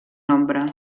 nombre